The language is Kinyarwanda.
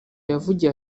yavugiye